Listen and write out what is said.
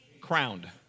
Crowned